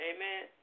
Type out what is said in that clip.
Amen